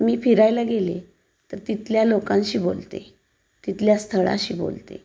मी फिरायला गेले तर तिथल्या लोकांशी बोलते तिथल्या स्थळाशी बोलते